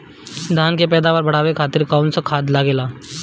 धान के पैदावार बढ़ावे खातिर कौन खाद लागेला?